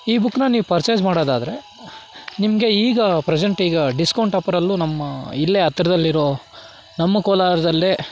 ಈ ಬುಕ್ಕನ್ನ ನೀವು ಪರ್ಚೇಸ್ ಮಾಡೋದಾದ್ರೆ ನಿಮಗೆ ಈಗ ಪ್ರೆಸೆಂಟ್ ಈಗ ಡಿಸ್ಕೌಂಟ್ ಆಫರಲ್ಲೂ ನಮ್ಮ ಇಲ್ಲೇ ಹತ್ತಿರದಲ್ಲಿರೋ ನಮ್ಮ ಕೋಲಾರದಲ್ಲೇ